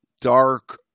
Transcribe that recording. dark